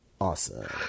Awesome